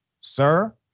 sir